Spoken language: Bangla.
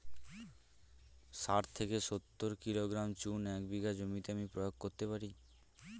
শাঠ থেকে সত্তর কিলোগ্রাম চুন এক বিঘা জমিতে আমি প্রয়োগ করতে পারি?